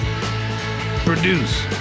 produce